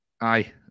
Aye